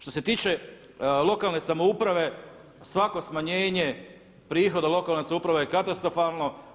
Što se tiče lokalne samouprave, svako smanjenje prihoda lokalne samouprave je katastrofalno.